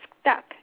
stuck